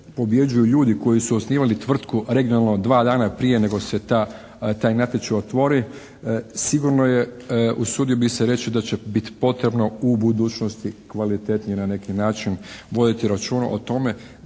razumije./ ljudi koji su osnivali tvrtku regionalno 2 dana prije nego se taj natječaj otvori, sigurno je, usudio bi se reći da će biti potrebno u budućnosti kvalitetnije na neki način voditi računa o tome